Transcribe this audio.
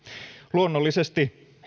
luonnollisesti